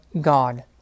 God